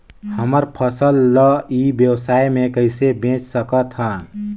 हमर फसल ल ई व्यवसाय मे कइसे बेच सकत हन?